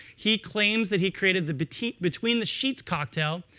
he claims that he created the between between the sheets cocktail,